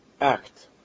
act